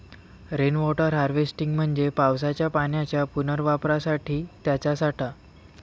rain water harvesting म्हणजे पावसाच्या पाण्याच्या पुनर्वापरासाठी त्याचा साठा